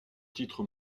titres